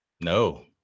No